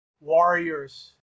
warriors